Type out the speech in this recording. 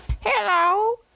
Hello